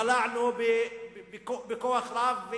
בלענו בכוח רב,